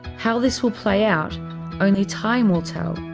how this will play out only time will tell,